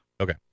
Okay